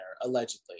allegedly